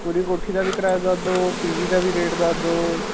ਪੂਰੀ ਕੋਠੀ ਦਾ ਵੀ ਕਿਰਾਇਆ ਦੱਸ ਦਿਓ ਪੀ ਜੀ ਦਾ ਵੀ ਰੇਟ ਦੱਸ ਦਿਓ